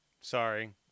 Sorry